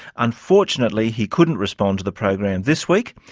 unfortunately, he couldn't respond to the program this week,